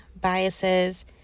biases